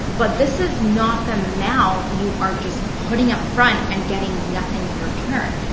but this is not the amount you are just putting up front and getting nothing in return.